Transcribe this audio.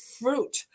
fruit